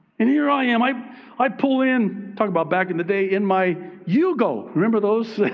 and here i am, i i pull in, talking about back in the day, in my yugo. remember those,